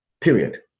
period